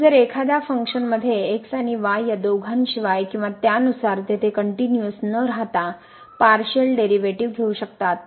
तर जर एखाद्या फंक्शनमध्ये x आणि y या दोघांशिवाय किंवा त्यानुसार तिथे कनट्युनिअस न राहता पार्शिअल डेरीवेटीव घेऊ शकतात